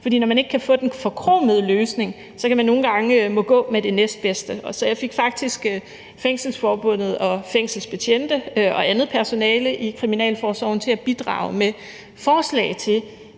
når man ikke kan få den forkromede løsning, må man nogle gange gå med det næstbedste. Så jeg fik faktisk Fængselsforbundet og fængselsbetjente og andet personale i Kriminalforsorgen til at bidrage med forslag til